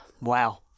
Wow